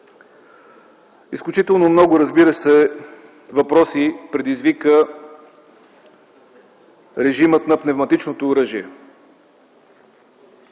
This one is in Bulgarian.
Изключително много въпроси предизвика режимът на пневматичното оръжие.